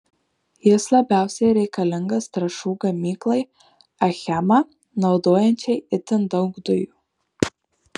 jis labiausiai reikalingas trąšų gamyklai achema naudojančiai itin daug dujų